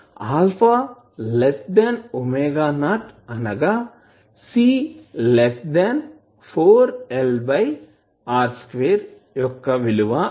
α ⍵0 అనగా C4LR2 యొక్క విలువ అని అర్థం